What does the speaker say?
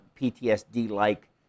PTSD-like